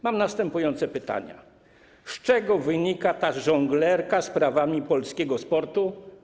Mam następujące pytanie: Z czego wynika ta żonglerka sprawami polskiego sportu?